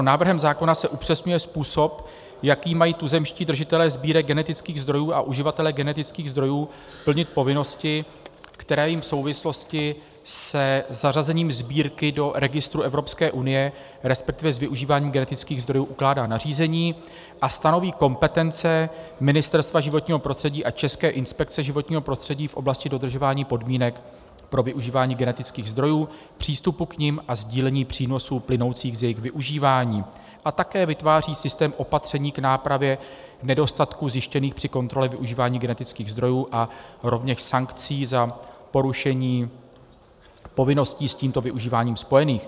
Návrhem zákona se upřesňuje způsob, jakým mají tuzemští držitelé sbírek genetických zdrojů a uživatelé genetických zdrojů plnit povinnosti, které jim v souvislosti se zařazení sbírky do registru Evropské unie, resp. s využíváním genetických zdrojů ukládá nařízení, a stanoví kompetence Ministerstva životního prostředí a České inspekce životního prostředí v oblasti dodržování podmínek pro využívání genetických zdrojů, přístupu k nim a sdílení přínosů plynoucí z jejich využívání a také vytváří systém opatření k nápravě nedostatků zjištěných při kontrole využívání genetických zdrojů a rovněž sankcí za porušení povinností s tímto využíváním spojených.